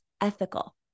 ethical